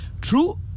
True